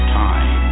time